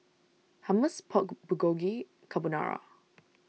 Hummus Pork Bulgogi Carbonara